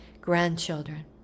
grandchildren